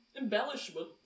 embellishment